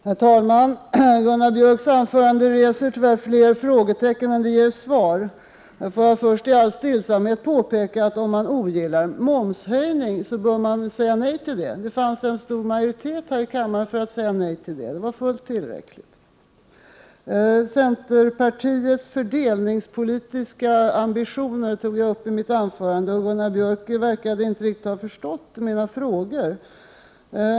Herr talman! Gunnar Björks anförande reser tyvärr fler frågor än det ger svar. Får jag först i all stillsamhet påpeka, att om man ogillar momshöjning, bör man säga nej till en sådan. Det fanns en stor majoritet här i kammaren för att säga nej till momshöjning. Det var fullt tillräckligt. Centerpartiets fördelningspolitiska ambitioner tog jag upp i mitt anförande. Gunnar Björk verkade inte riktigt ha förstått mina frågor.